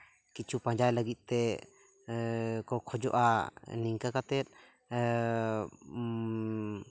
ᱠᱤᱪᱷᱩ ᱯᱟᱸᱡᱟᱭ ᱞᱟᱹᱜᱤᱫ ᱛᱮ ᱠᱚ ᱠᱷᱚᱡᱚᱜᱼᱟ ᱱᱤᱝᱠᱟᱹ ᱠᱟᱛᱮᱫ